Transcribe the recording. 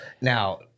Now